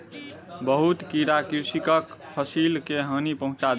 बहुत कीड़ा कृषकक फसिल के हानि पहुँचा देलक